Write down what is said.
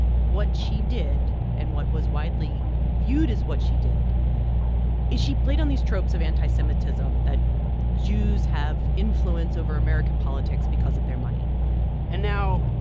what she did and what was widely viewed as what she did is she played on these tropes of anti-semitism that jews have influence over american politics because of their money and now,